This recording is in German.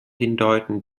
hindeuten